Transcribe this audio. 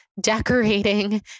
decorating